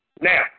Now